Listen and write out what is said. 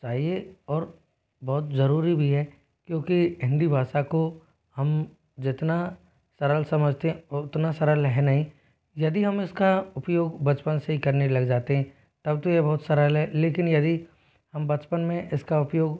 चाहिए और बहुत ज़रूरी भी है क्योंकि हिंदी भाषा को हम जितना सरल समझते हैं ओ उतना सरल है नहीं यदि हम इसका उपयोग बचपन से ही करने लग जाते हैं तब तो ये बहुत सरल है लेकिन यदि हम बचपन में इसका उपयोग